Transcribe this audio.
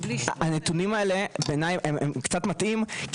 הנתונים האלה בעיניי קצת מטעים.